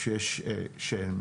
שהן